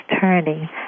turning